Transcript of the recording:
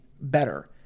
better